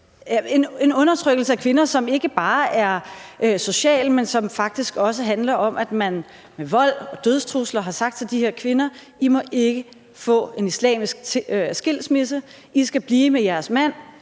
en undertrykkelse af kvinder, som ikke bare er social, men som faktisk også handler om, at man med vold og dødstrusler har sagt til de her kvinder: I må ikke få en islamisk skilsmisse, I skal blive ved jeres mand,